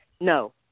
no